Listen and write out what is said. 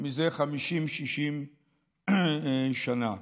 זה 60-50 שנה.